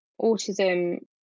autism